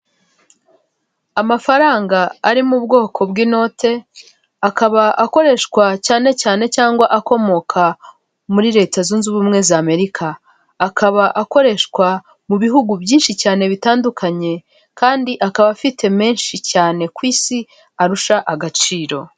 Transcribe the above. Amafaranga ari mu bwoko bw'inote, akaba akoreshwa cyane cyane cyangwa akomoka muri leta zunze ubumwe za Amerika. Akaba akoreshwa mu bihugu byinshi cyane bitandukanye, kandi akaba afite menshi cyane ku isi arusha agaciro.